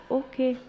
okay